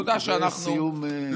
סיום הולם.